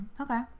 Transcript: okay